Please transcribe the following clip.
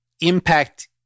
impact